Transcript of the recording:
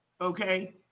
Okay